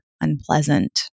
unpleasant